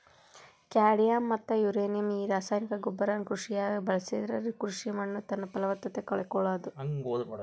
cadmium ಮತ್ತ uranium ಈ ರಾಸಾಯನಿಕ ಗೊಬ್ಬರನ ಕೃಷಿಯಾಗ ಬಳಸಿದ್ರ ಕೃಷಿ ಮಣ್ಣುತನ್ನಪಲವತ್ತತೆ ಕಳಕೊಳ್ತಾದ